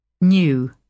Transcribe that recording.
New